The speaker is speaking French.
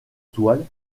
toile